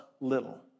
little